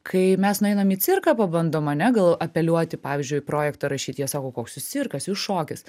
kai mes nueinam į cirką pabandom ane gal apeliuoti pavyzdžiui projektą rašyt jie sako koks jūs cirkas jūs šokis